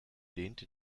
dehnte